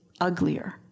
uglier